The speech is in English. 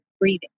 breathing